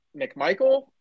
McMichael